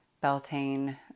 Beltane